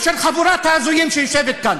ושל חבורת ההזויים שיושבת פה.